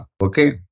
Okay